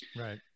Right